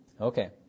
Okay